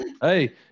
Hey